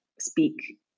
speak